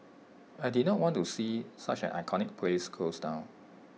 I did not want to see such an iconic place close down